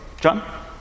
John